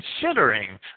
considering